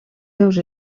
seus